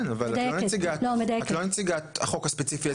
אבל ת לא נציגת החוק הספציפי הזה,